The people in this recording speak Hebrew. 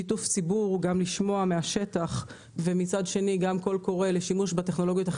שיתוף הציבור כדי לשמוע מה קורה בשטח ושימוש באמצעים